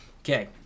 Okay